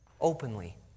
Openly